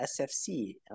SFC